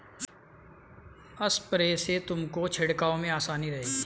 sprayer से तुमको छिड़काव में आसानी रहेगी